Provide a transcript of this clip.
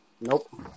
Nope